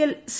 L C